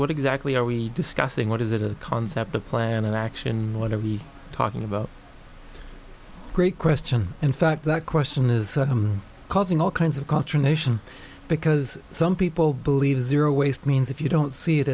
what exactly are we discussing what is it a concept a plan an action what are we talking about great question in fact that question is causing all kinds of consternation because some people believe zero waste means if you don't see it